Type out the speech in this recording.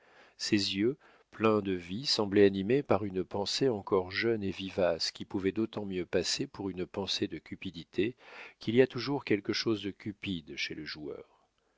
ses yeux pleins de vie semblaient animés par une pensée encore jeune et vivace qui pouvait d'autant mieux passer pour une pensée de cupidité qu'il y a toujours quelque chose de cupide chez le joueur